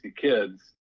kids